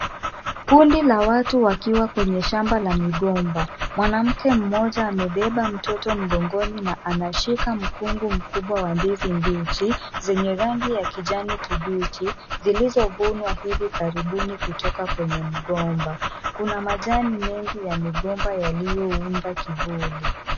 Kundi la watu wakiwa kwenye shamba la migomba. Mwanamke mmoja amebeba mtoto mgongoni na anashika mkungu mkubwa wa ndizi mbichi zenye rangi ya kijani kibichi zilizovunwa hivi karibuni kutoka kwenye mgomba. Kuna majani mengi ya migomba yaliyounda kivuli.